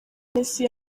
messi